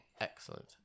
...excellent